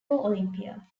olympia